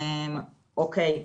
אני אגיד